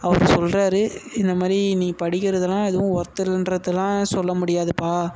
அவர் சொல்றார் இந்த மாதிரி நீ படிக்கிறதெல்லாம் எதுவும் ஒர்த் இல்லைன்றதெல்லாம் சொல்ல முடியாதுப்பா